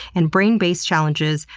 and brain-based challenges,